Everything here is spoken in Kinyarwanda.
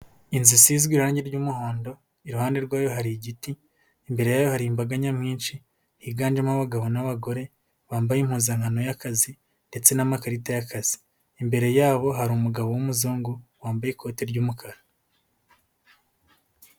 Inzu isizwe irangi ry'umuhondo, iruhande rwayo hari igiti, imbere yayo hari imbaga nyamwinshi, higanjemo abagabo n'abagore, bambaye impuzankano y'akazi, ndetse n'amakarita y'akazi, imbere yabo hari umugabo w'umuzungu, wambaye ikote ry'umukara.